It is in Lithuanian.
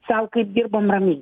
sau kaip dirbom ramiai